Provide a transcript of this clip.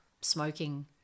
smoking